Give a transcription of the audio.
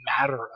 matter